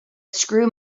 screw